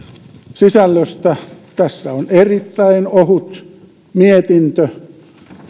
sisällöstä tässä on erittäin ohut mietintö